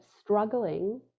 struggling